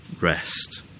rest